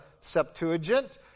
Septuagint